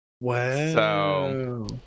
Wow